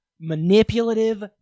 manipulative